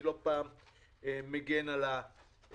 לא פעם אני מגן עליהם.